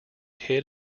hid